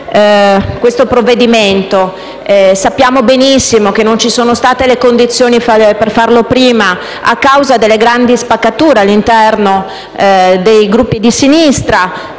questo provvedimento. Sappiamo benissimo che non ci sono state le condizioni per farlo prima, a causa delle grandi spaccature all'interno dei Gruppi di sinistra